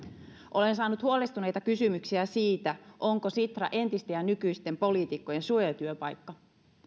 olen saanut huolestuneita kysymyksiä siitä onko sitra entisten ja nykyisten poliitikkojen suojatyöpaikka